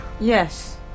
Yes